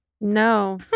no